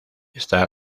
está